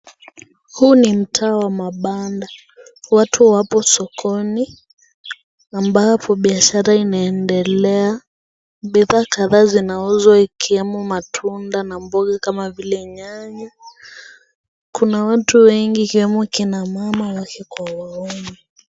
Huu ni mtaa wa mabanda. Watu wapo sokoni, na ambapo biashara inaendelea, biidhaa kadhaa zinauzwa, ikiwemo matunda na mboga kama vile nyanya. Kuna watu wengi ikiwemo kina mama wake kwa wanaume.